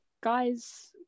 guys